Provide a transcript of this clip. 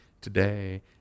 today